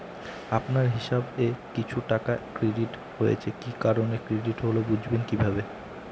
আপনার হিসাব এ কিছু টাকা ক্রেডিট হয়েছে কি কারণে ক্রেডিট হল বুঝবেন কিভাবে?